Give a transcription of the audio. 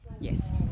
Yes